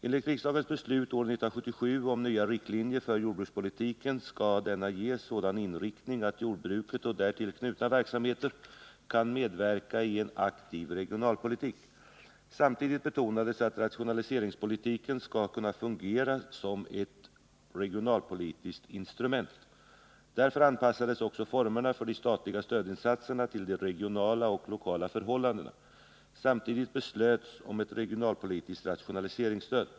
Enligt riksdagens beslut år 1977 om nya riktlinjer för jordbrukspolitiken skall denna ges sådan inriktning att jordbruket och därtill knutna verksamheter kan medverka i en aktiv regionalpolitik. Samtidigt betonades att rationaliseringspolitiken skall kunna fungera som ett regionalpolitiskt instrument. Därför anpassades också formerna för de statliga stödinsatserna till de regionala och lokala förhållandena. Samtidigt beslöts om ett regionalpolitiskt rationaliseringsstöd.